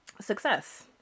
success